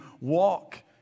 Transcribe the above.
walk